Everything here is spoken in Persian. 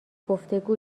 گفتگو